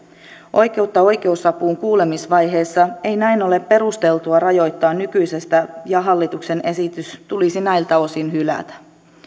oikeutta oikeusapuun kuulemisvaiheessa ei näin ole perusteltua rajoittaa nykyisestä ja hallituksen esitys tulisi näiltä osin hylätä